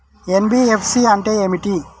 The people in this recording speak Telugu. ఎన్.బి.ఎఫ్.సి అంటే ఏమిటి?